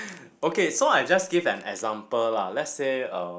okay so I just give an example lah let's say um